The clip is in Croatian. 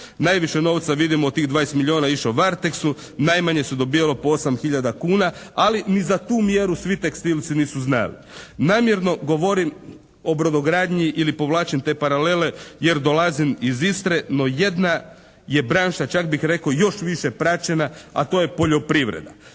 Najviše novca vidimo od tih 20 milijuna je išlo Varteksu. Najmanje se dobivalo po 8 hiljada kuna, ali ni za tu mjeru svi tekstilci nisu znali. Namjerno govorim o brodogradnji ili povlačim te paralele jer dolazim iz Istre no jedna je branša čak bih rek'o još više praćena a to je poljoprivreda.